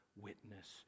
witness